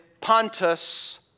Pontus